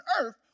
earth